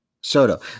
Soto